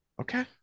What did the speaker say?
Okay